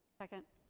second.